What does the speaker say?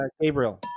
Gabriel